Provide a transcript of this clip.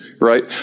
right